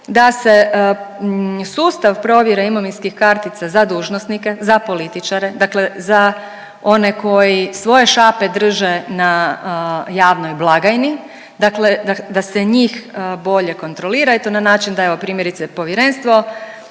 da se sustav provjere imovinskih kartica za dužnosnike, za političare, dakle za one koji svoje šape drže na javnoj blagajni, dakle da se njih bolje kontrolira i to na način da evo primjerice povjerenstvo